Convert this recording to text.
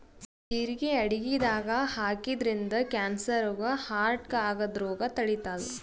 ಜಿರಗಿ ಅಡಗಿದಾಗ್ ಹಾಕಿದ್ರಿನ್ದ ಕ್ಯಾನ್ಸರ್ ರೋಗ್ ಹಾರ್ಟ್ಗಾ ಆಗದ್ದ್ ರೋಗ್ ತಡಿತಾದ್